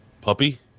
Puppy